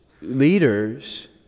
leaders